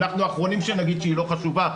אנחנו האחרונים שנגיד שהיא לא חשובה,